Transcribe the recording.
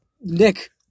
Nick